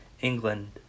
England